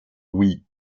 wii